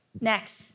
Next